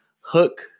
Hook